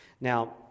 Now